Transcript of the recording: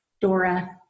Dora